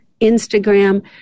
instagram